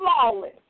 flawless